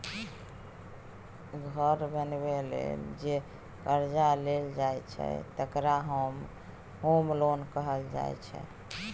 घर बनेबा लेल जे करजा लेल जाइ छै तकरा होम लोन कहल जाइ छै